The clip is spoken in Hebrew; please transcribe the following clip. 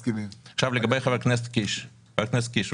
עכשיו לגבי חבר הכנסת קיש חבר הכנסת קיש,